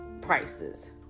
prices